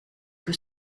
que